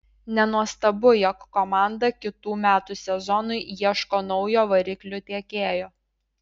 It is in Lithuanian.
nenuostabu jog komanda kitų metų sezonui ieško naujo variklių tiekėjo